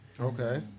Okay